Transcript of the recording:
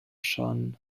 schon